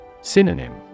Synonym